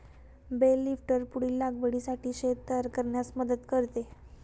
bell lifter पुढील लागवडीसाठी शेत तयार करण्यास मदत करते